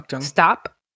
stop